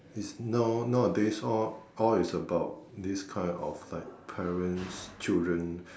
is now nowadays all all is about this kind of like parents children